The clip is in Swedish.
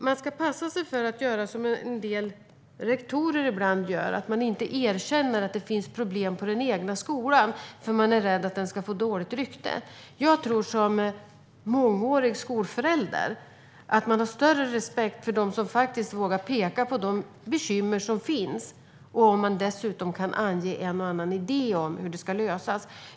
Man ska passa sig för att göra som en del rektorer ibland gör: att inte erkänna att det finns problem på den egna skolan för att man är rädd att den ska få dåligt rykte. Som mångårig förälder till skolbarn tror jag att man har större respekt för dem som faktiskt vågar peka på de bekymmer som finns och kanske dessutom kan ange en eller annan idé om hur de ska lösas.